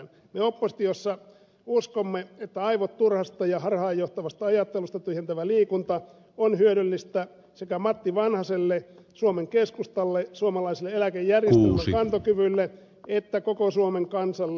me oppositiossa uskomme että aivot turhasta ja harhaanjohtavasta ajattelusta tyhjentävä liikunta on hyödyllistä sekä matti vanhaselle suomen keskustalle suomalaisen eläkejärjestelmän kantokyvylle että koko suomen kansalle